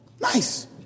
Nice